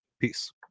peace